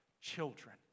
children